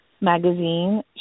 magazine